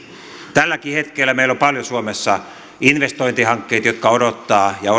tälläkin hetkellä meillä on suomessa paljon investointihankkeita jotka odottavat ja